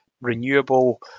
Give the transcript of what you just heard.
renewable